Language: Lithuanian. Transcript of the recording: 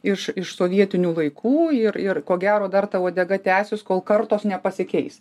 iš iš sovietinių laikų ir ir ko gero dar ta uodega tęsis kol kartos nepasikeis